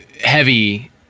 heavy